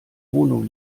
wohnung